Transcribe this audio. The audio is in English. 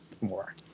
more